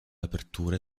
aperture